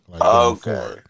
Okay